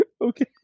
Okay